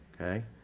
Okay